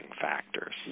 factors